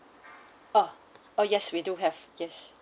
uh oh yes we do have yes